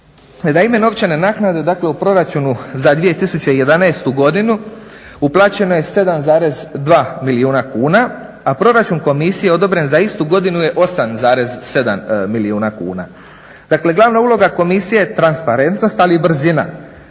ime novčane naknade dakle u Proračunu za 2011. godinu uplaćeno je 7,2 milijuna kuna, a proračun komisije odobren za istu godinu je 8,7 milijuna kuna. Dakle, glavna uloga komisije je transparentnost, ali i brzina